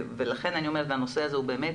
לכן אני אומרת הנושא הזה באמת